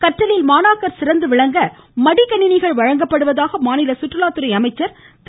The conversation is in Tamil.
கற்றலில் மாணாக்கர் சிறந்து விளங்க மடிக்கணிணிகள் வழங்கப்படுவதாக மாநில சுற்றுலாத்துறை அமைச்சர் திரு